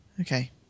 Okay